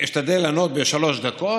אני אשתדל לענות בשלוש דקות,